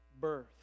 birth